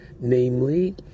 Namely